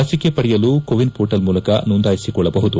ಲಸಿಕೆ ಪಡೆಯಲು ಕೋವಿನ್ ಪೋರ್ಟಲ್ ಮೂಲಕ ನೋಂದಾಯಿಸಿಕೊಳ್ಳಬಹುದು